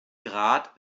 grad